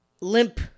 limp